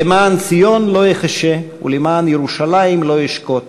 "למען ציון לא אחשה ולמען ירושלַם לא אשקוט